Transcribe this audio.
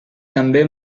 també